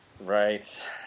right